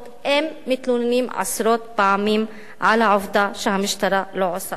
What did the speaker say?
הם מתלוננים עשרות פעמים על העובדה שהמשטרה לא עושה כלום.